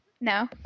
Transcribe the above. No